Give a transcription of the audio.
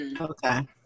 Okay